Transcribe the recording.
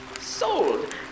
Sold